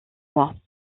mois